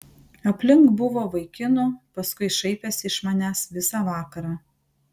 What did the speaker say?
aplink buvo vaikinų paskui šaipėsi iš manęs visą vakarą